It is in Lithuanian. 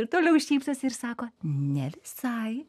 ir toliau šypsosi ir sako ne visai